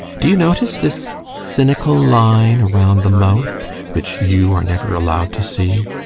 do you notice this cynical line around the mouth which you are never allowed to see?